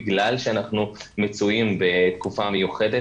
בגלל שאנחנו מצויים בתקופה מיוחדת.